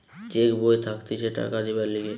check বই থাকতিছে টাকা দিবার লিগে